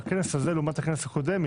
בכנס הזה לעומת הכנס הקודם,